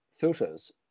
filters